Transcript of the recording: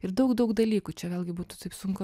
ir daug daug dalykų čia vėlgi būtų taip sunku